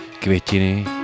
květiny